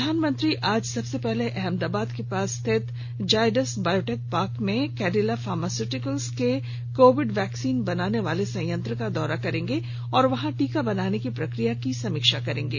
प्रधानमंत्री आज सबसे पहले अहमदाबाद के पास स्थित जायडस बायोटेक पार्क में कैंडिला फार्मस्युझटिकल्स के कोविड वैक्सीकन बनाने वाले संयंत्र का दौरा करेंगे और वहां टीका बनाने की प्रक्रिया की समीक्षा करेंगे